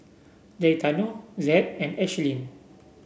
Gaetano Zed and Ashlyn